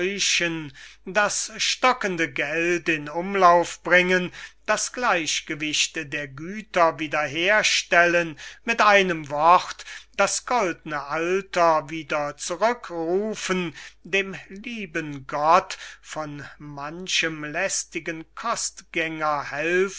das stockende geld in umlauf bringen das gleichgewicht der güter wieder herstellen mit einem wort das goldne alter wieder zurückrufen dem lieben gott von manchem lästigen kostgänger